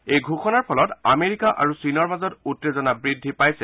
এই ঘোষণাৰ ফলত আমেৰিকা আৰু চীনৰ মাজত উত্তেজনা বুদ্ধি পাইছে